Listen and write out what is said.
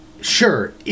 Sure